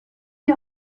die